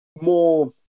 more